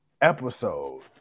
episode